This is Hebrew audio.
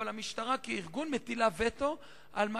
אבל המשטרה כארגון מטילה וטו על מה